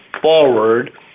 forward